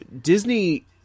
Disney